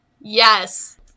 Yes